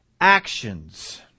actions